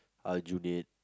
Aljunied